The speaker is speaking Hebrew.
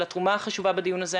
על התרומה החשובה בדיון הזה.